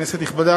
כנסת נכבדה,